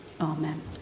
Amen